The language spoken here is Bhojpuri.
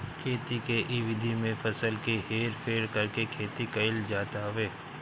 खेती के इ विधि में फसल के हेर फेर करके खेती कईल जात हवे